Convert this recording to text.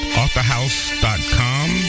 authorhouse.com